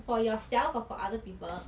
for yourself or for other people